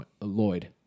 Lloyd